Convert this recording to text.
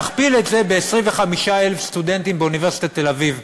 תכפיל את זה ב-25,000 סטודנטים באוניברסיטת תל-אביב,